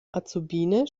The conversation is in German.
azubine